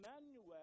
Emmanuel